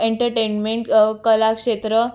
entertainment Kalakshetra